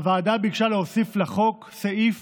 הוועדה ביקשה להוסיף לחוק סעיף